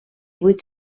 vuit